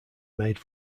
made